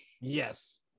Yes